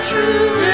True